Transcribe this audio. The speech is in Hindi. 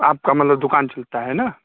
आपका मतलब दुकान चलता है न